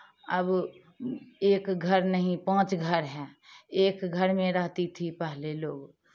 अब एक घर नहीं पाँच घर है एक घर में रहती थी पहले लोग